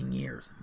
years